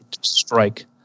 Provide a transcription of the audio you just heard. strike